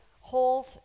holes